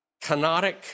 Canonic